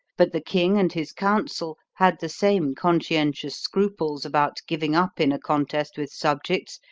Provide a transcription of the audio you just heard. but the king and his council had the same conscientious scruples about giving up in a contest with subjects,